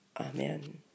Amen